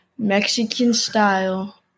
Mexican-style